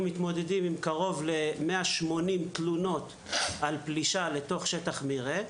אנחנו מתמודדים עם קרוב ל-180 תלונות על פלישה לתוך שטח מרעה.